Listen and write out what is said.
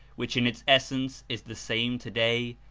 which in its essence is the same today,